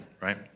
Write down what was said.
right